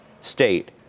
state